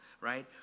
right